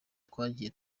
twagiye